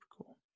cool